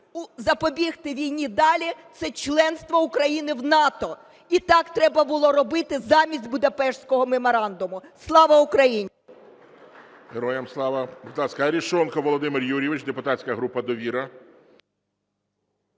запобігти війні далі – це членство України в НАТО. І так треба було робити замість Будапештського меморандуму. Слава Україні!